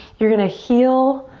you're gonna heel-toe,